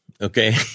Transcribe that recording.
Okay